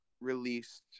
released